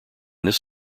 this